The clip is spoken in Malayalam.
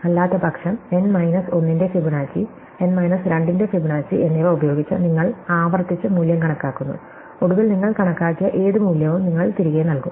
അല്ലാത്തപക്ഷം n മൈനസ് 1 ന്റെ ഫിബൊനാച്ചി n മൈനസ് 2 ന്റെ ഫിബൊനാച്ചി എന്നിവ ഉപയോഗിച്ച് നിങ്ങൾ ആവർത്തിച്ച് മൂല്യം കണക്കാക്കുന്നു ഒടുവിൽ നിങ്ങൾ കണക്കാക്കിയ ഏത് മൂല്യവും നിങ്ങൾ തിരികെ നൽകും